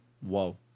Whoa